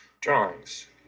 drawings